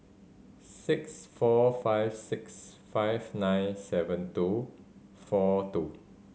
six four five six five nine seven two four two